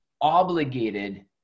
obligated